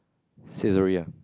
Saizeriya